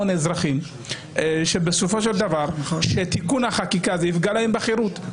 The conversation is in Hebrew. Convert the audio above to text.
המון אזרחים שבסופו של דבר תיקון החקיקה יפגע בחירותם.